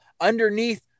underneath